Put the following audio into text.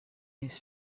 his